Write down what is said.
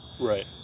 Right